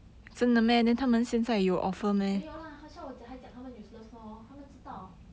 没有 lah 好像我才讲他们 useless lor 他们知道